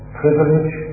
privilege